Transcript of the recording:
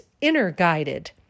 inner-guided